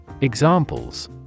Examples